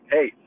Hey